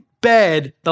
bed